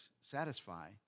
satisfy